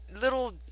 little